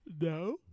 No